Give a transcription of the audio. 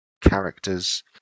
characters